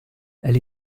elle